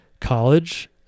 college